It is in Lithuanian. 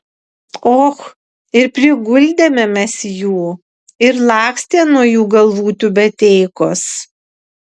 och ir priguldėme mes jų ir lakstė nuo jų galvų tiubeteikos